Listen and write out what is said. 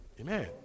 Amen